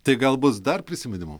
tai gal bus dar prisiminimų